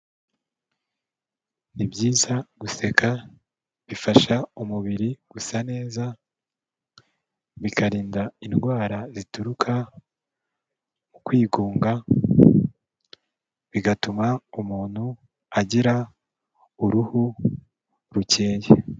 Ni byiza guseka bifasha umubiri gusa neza, bikarinda indwara zituruka mu kwigunga, bigatuma umuntu agira uruhu rukeye.